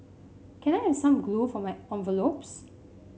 can I have some glue for my envelopes